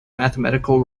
mathematical